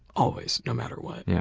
always, no matter what. yeah